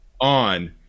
on